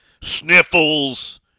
sniffles